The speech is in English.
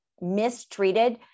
mistreated